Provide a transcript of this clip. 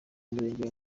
umurenge